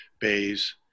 bays